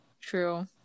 True